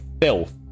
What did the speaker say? filth